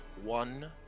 one